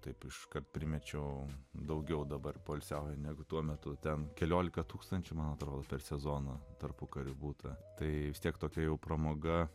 taip iškart primečiau daugiau dabar poilsiauja negu tuo metu ten keliolika tūkstančių man atrodo per sezoną tarpukariu būta tai vis tiek tokia jau pramoga